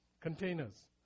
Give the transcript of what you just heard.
containers